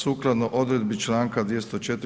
Sukladno odredbi članka 204.